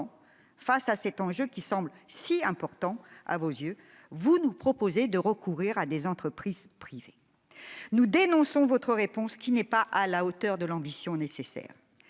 face à cet enjeu dont vous reconnaissez l'importance, vous nous proposez de recourir à des entreprises privées. Nous dénonçons cette réponse, qui n'est pas à la hauteur de l'ambition nécessaire.